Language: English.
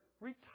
retire